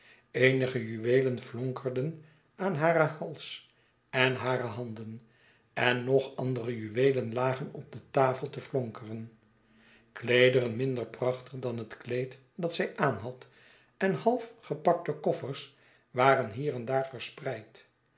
eenige juweelen flonkerden aan haar hals en hare handen en nog andere juweelen lagen op de tafel te flonkeren kleederen minder prachtig dan het kleeddatzij aanhad en half gepakte koffers waren hier en daar verspreid